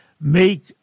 make